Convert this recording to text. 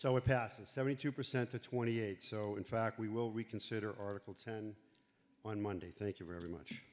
so it passes seventy two percent to twenty eight so in fact we will reconsider oracle ten on monday thank you very much